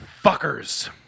fuckers